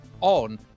on